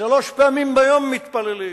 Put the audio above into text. ושלוש פעמים ביום מתפללים